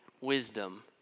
wisdom